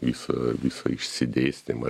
visą visą išsidėstymą